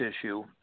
issue